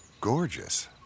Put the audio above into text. gorgeous